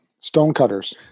Stonecutters